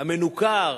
המנוכר,